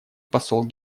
посол